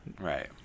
Right